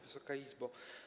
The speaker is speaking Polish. Wysoka Izbo!